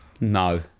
No